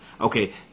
Okay